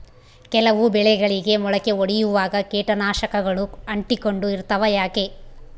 ಕೆಲವು ಬೆಳೆಗಳಿಗೆ ಮೊಳಕೆ ಒಡಿಯುವಾಗ ಕೇಟನಾಶಕಗಳು ಅಂಟಿಕೊಂಡು ಇರ್ತವ ಯಾಕೆ?